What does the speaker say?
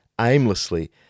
aimlessly